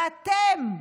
ואתם,